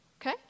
Okay